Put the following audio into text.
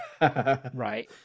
right